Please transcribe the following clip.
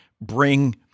bring